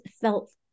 felt